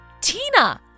Tina